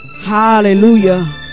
hallelujah